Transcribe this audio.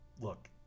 Look